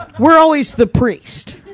we're always the priest.